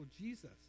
jesus